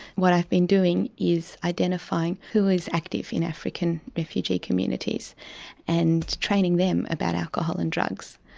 what i've been doing is identifying who is active in african refugee communities and training them about alcohol and drugs.